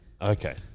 okay